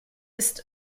ist